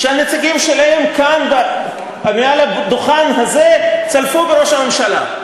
שהנציגים שלהן כאן מעל הדוכן הזה צלפו בראש הממשלה.